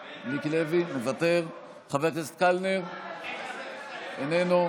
מוותר, חבר הכנסת קלנר, איננו,